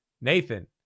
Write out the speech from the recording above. nathan